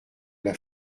l’a